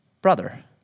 brother